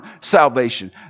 salvation